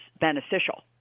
beneficial